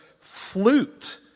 Flute